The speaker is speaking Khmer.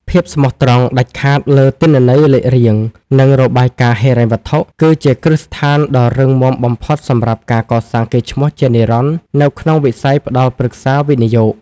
ភាពស្មោះត្រង់ដាច់ខាតលើទិន្នន័យលេខរៀង និងរបាយការណ៍ហិរញ្ញវត្ថុ គឺជាគ្រឹះស្ថានដ៏រឹងមាំបំផុតសម្រាប់ការកសាងកេរ្តិ៍ឈ្មោះជានិរន្តរ៍នៅក្នុងវិស័យផ្ដល់ប្រឹក្សាវិនិយោគ។